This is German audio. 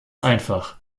einfach